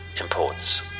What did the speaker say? imports